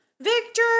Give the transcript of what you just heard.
Victor